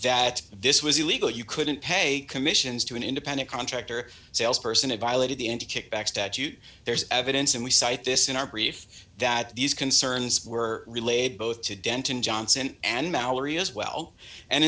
that this was illegal you couldn't pay commissions to an independent contractor salesperson it violated the into kickback statute there's evidence and we cite this in our brief that these concerns were relayed both to denton johnson and mallory as well and